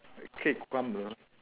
K cucumber